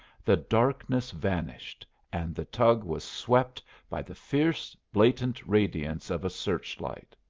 the darkness vanished and the tug was swept by the fierce, blatant radiance of a search-light.